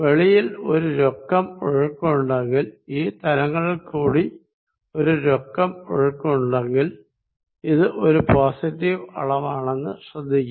വെളിയിൽ ഈ തലങ്ങളിൽ കൂടി ഒരു നെറ്റ് ഫ്ലോ ഉണ്ടെങ്കിൽ ഇത് ഒരു പോസിറ്റീവ് അളവാണെന്ന് ശ്രദ്ധിക്കുക